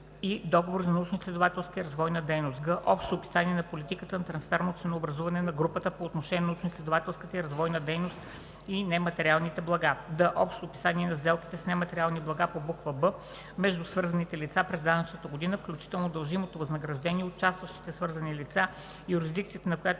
договори за научноизследователска и развойна дейност; г) общо описание на политиката за трансферно ценообразуване на групата по отношение на научноизследователската и развойната дейност и нематериалните блага; д) общо описание на сделките с нематериални блага по буква „б“ между свързаните лица през данъчната година, включително дължимото възнаграждение, участващите свързани лица, юрисдикцията, на която